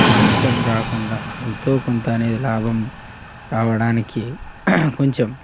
నష్టం రాకుండా ఎంతో కొంత అనేది లాభం రావడానికి కొంచెం